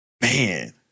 man